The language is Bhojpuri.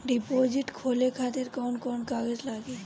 डिपोजिट खोले खातिर कौन कौन कागज लागी?